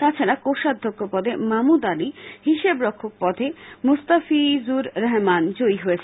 তাছাডা কোষাধ্যক্ষ পদে মামুদ আলী হিসাব রক্ষক পদে মোস্তাফিজুর রহমান জয়ী হয়েছেন